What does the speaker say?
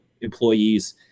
employees